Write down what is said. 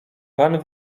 pan